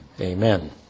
Amen